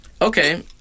okay